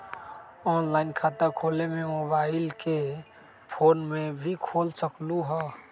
Online खाता खोले के मोबाइल ऐप फोन में भी खोल सकलहु ह?